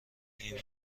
این